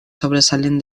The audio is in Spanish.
sobresalen